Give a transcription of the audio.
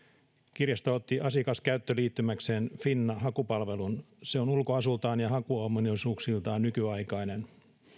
kirjasto otti asiakaskäyttöliittymäkseen finna hakupalvelun se on ulkoasultaan ja hakuominaisuuksiltaan nykyaikainen